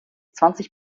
zwanzig